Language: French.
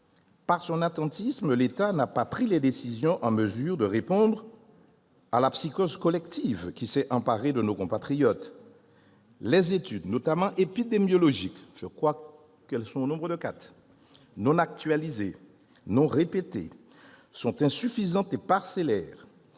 par son attentisme, l'État n'a pas pris les décisions à même de répondre à la psychose collective qui s'est emparée de nos compatriotes. Les études épidémiologiques, au nombre de quatre me semble-t-il, non actualisées et non répétées, sont insuffisantes et parcellaires.